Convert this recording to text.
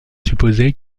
supposé